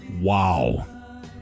Wow